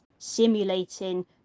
simulating